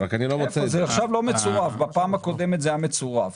רק שאני עכשיו לא מוצא את זה.